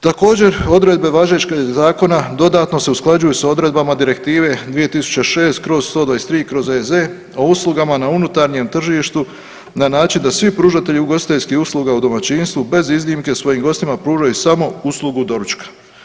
Također odredbe važećeg Zakona dodatno se usklađuju sa odredbama Direktive 2006/123/EZ o uslugama na unutarnjem tržištu na način da svi pružatelji ugostiteljskih usluga u domaćinstvu bez iznimke svojim gostima pružaju samo uslugu doručka.